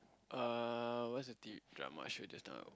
uh what's the T_V drama show that time of